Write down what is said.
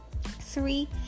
Three